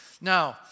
Now